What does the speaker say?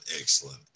excellent